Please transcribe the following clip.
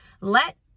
Let